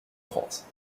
france